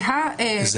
ההתלבטויות זהה.